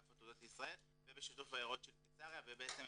אגף עתודות לישראל ובשיתוף קרן רוטשילד קיסריה והם